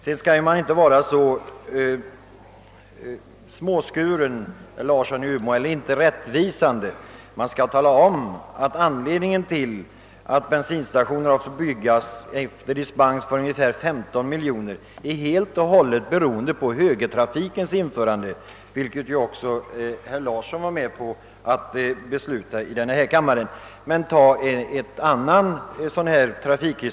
Sedan skall man inte vara orättvis utan tala om att anledningen till att bensinstationer måste byggas efter dispens på ungefär 15 miljoner helt och hållet är den att högertrafik införts, vilken ju också herr Larsson i Umeå var med om att besluta i denna kammare. Men låt oss ta en annan trafikfråga!